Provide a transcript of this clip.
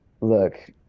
look